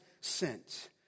sent